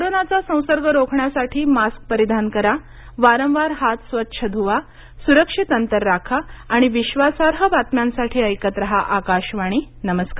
कोरोनाचा संसर्ग रोखण्यासाठी मास्क परिधान करा वारंवार हात स्वच्छ धुवा सुरक्षित अंतर राखा आणि विश्वासार्ह बातम्यांसाठी ऐकत राहा आकाशवाणी नमस्कार